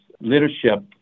leadership